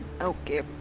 okay